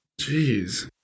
Jeez